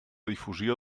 difusió